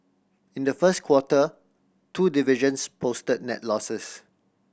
in the first quarter two divisions posted net losses